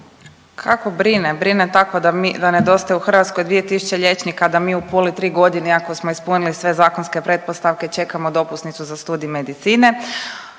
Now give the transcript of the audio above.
Kako brine, brine tako da nedostaje u Hrvatskoj 2.000 liječnika, a da mi u Puli 3 godine iako smo ispunili sve zakonske pretpostavke čekamo dopusnicu za studij medicine.